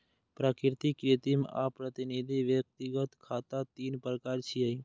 प्राकृतिक, कृत्रिम आ प्रतिनिधि व्यक्तिगत खाता तीन प्रकार छियै